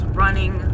running